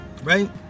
right